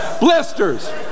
blisters